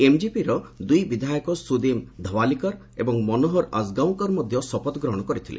ଏମ୍ଜିପିର ଦୁଇ ବିଧାୟକ ସୁଦିମ୍ ଧଭାଲିକର ଏବଂ ମନୋହର ଆକ୍ଗାଓଁକର ମଧ୍ୟ ଶପଥ ଗ୍ରହଣ କରିଥିଲେ